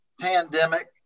pandemic